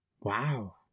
wow